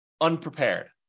unprepared